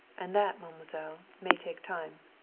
and that, mademoiselle, may take time.